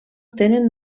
tenen